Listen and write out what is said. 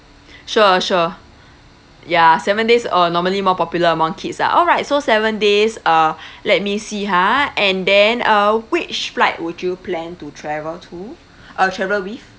sure sure ya seven days uh normally more popular among kids ah alright so seven days uh let me see ha and then uh which flight would you plan to travel to uh travel with